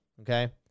Okay